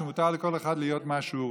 שמותר לכל אחד להיות מה שהוא רוצה.